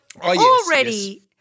already